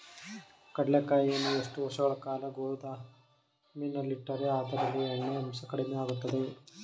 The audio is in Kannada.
ಕಡ್ಲೆಕಾಯಿಯನ್ನು ಎಷ್ಟು ವರ್ಷಗಳ ಕಾಲ ಗೋದಾಮಿನಲ್ಲಿಟ್ಟರೆ ಅದರಲ್ಲಿಯ ಎಣ್ಣೆ ಅಂಶ ಕಡಿಮೆ ಆಗುತ್ತದೆ?